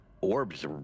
orbs